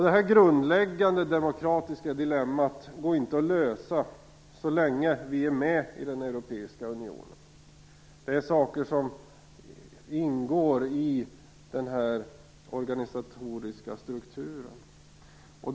Detta grundläggande demokratiska dilemma går inte att lösa så länge Sverige är med i den europeiska unionen. Det är saker som ingår i den organisatoriska strukturen.